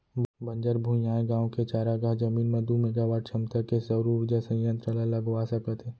बंजर भुइंयाय गाँव के चारागाह जमीन म दू मेगावाट छमता के सउर उरजा संयत्र ल लगवा सकत हे